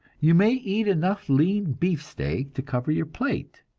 you may eat enough lean beefsteak to cover your plate,